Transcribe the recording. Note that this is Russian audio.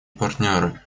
партнеры